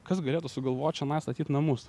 kas galėtų sugalvot čionai statyt namus